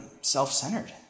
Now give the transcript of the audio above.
self-centered